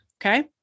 okay